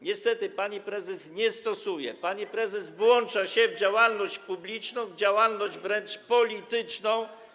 Niestety pani prezes tego nie stosuje, pani prezes włącza się w działalność publiczną, w działalność wręcz polityczną.